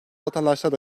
vatandaşları